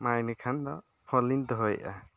ᱢᱟ ᱤᱱᱟᱹᱠᱷᱟᱱ ᱫᱚ ᱯᱷᱳᱱ ᱞᱤᱧ ᱫᱚᱦᱚᱭᱮᱫᱼᱟ